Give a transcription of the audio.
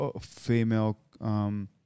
female